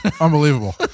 Unbelievable